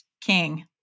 king